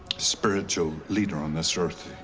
spiritual leader on this earth.